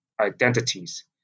identities